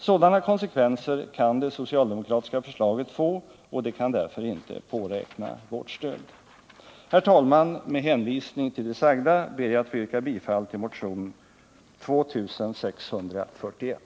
Sådana konsekvenser kan det socialdemokratiska förslaget få, och det kan därför inte påräkna vårt stöd. Herr talman! Med hänvisning till det sagda ber jag att få yrka bifall till motionen 2641.